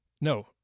No